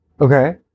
Okay